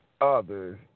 others